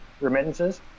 remittances